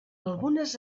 algunes